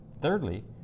thirdly